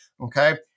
Okay